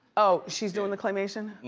oh, she's doing the claymation?